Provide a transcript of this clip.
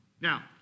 Now